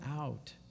out